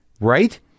Right